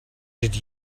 did